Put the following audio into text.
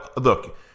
look